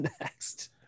Next